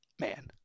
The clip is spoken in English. Man